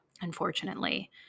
unfortunately